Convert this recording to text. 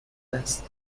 است